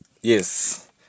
Yes